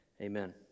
Amen